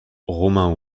romain